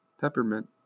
peppermint